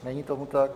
Není tomu tak.